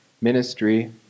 ministry